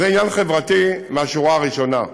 זה עניין חברתי מהשורה הראשונה,